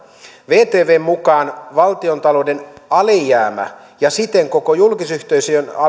vtvn mukaan valtiontalouden alijäämä ja siten koko julkisyhteisöjen